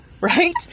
right